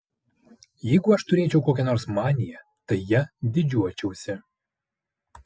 jeigu aš turėčiau kokią nors maniją tai ja didžiuočiausi